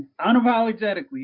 unapologetically